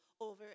over